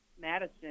Madison